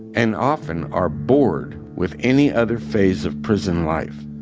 and often are bored with any other phase of prison life.